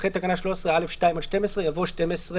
אחרי תקנה 13(א2)(12) יבוא 12(א1ׂ).